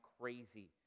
crazy